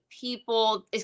people